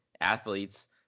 athletes